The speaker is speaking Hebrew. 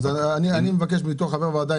אני מבקש בתור חבר ועדה,